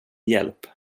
hjälp